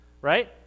Right